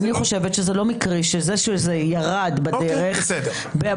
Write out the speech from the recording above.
אני חושבת שזה לא מקרי, זה שזה ירד בדרך מהתקנות.